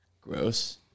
gross